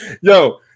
yo